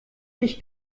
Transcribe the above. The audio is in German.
ich